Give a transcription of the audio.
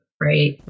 right